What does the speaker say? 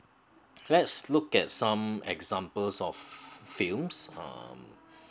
let's look at some examples of films um